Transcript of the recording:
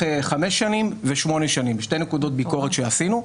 חמש שנים ושמונה שנים שתי נקודות ביקורת שעשינו.